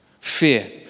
fear